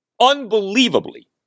unbelievably